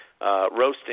roasting